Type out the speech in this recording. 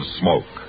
smoke